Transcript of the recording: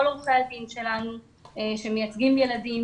כל עורכי הדין שלנו שמייצגים ילדים